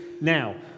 Now